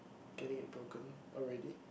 getting it broken already